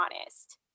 honest